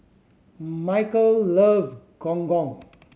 Mikel loves Gong Gong